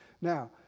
Now